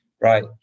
right